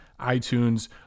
iTunes